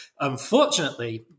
unfortunately